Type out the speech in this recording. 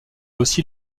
aussi